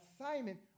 assignment